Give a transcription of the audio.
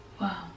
Wow